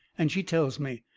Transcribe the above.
and she tells me.